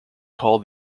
call